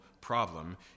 problem